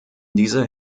dieser